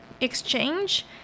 exchange